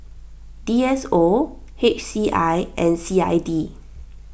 D S O H C I and C I D